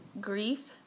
grief